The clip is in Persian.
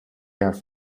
حرف